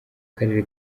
karere